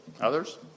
Others